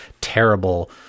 terrible